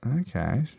Okay